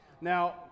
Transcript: Now